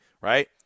right